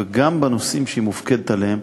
וגם בנושאים שהיא מופקדת עליהם,